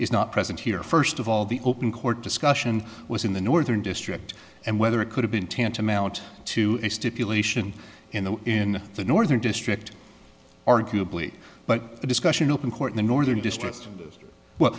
is not present here first of all the open court discussion was in the northern district and whether it could have been tantamount to a stipulation in the in the northern district arguably but a discussion open court in the northern district